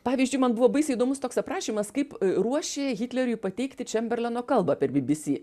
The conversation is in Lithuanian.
pavyzdžiui man buvo baisiai įdomus toks aprašymas kaip ruošė hitleriui pateikti čemberleno kalbą per bbc